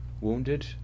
wounded